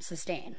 sustain